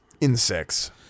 insects